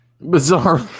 Bizarre